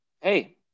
hey